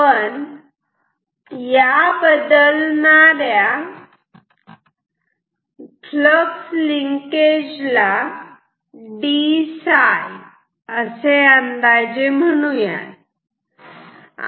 आपण या बदलणाऱ्या फ्लक्स लिंकेज ला d असे अंदाजे म्हणूयात